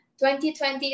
2020